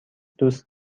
دوست